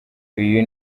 uyu